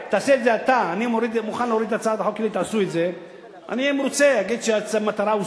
אני מוכן, אין לי שום בעיה.